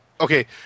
Okay